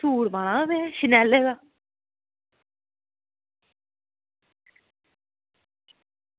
suit पाना में शीनेले दा